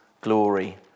glory